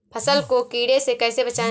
फसल को कीड़े से कैसे बचाएँ?